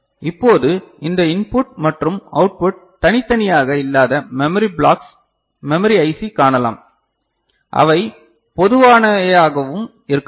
இப்போது இந்த இன்புட் மற்றும் அவுட்புட் தனித்தனியாக இல்லாத மெமரி பிளாக்ஸ் மெமரி ஐசி காணலாம் அவை பொதுவானவையாகவும் இருக்கலாம்